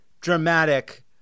dramatic